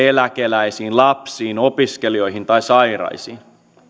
eläkeläisiin lapsiin opiskelijoihin tai sairaisiin